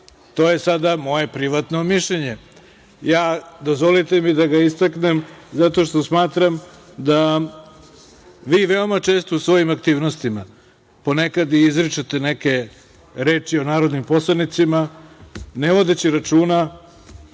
to je sada moje privatno mišljenje. Dozvolite mi da ga istaknem zato što smatram da vi veoma često u svojim aktivnostima ponekad i izričete neke reči o narodnim poslanicima, ne vodeći računa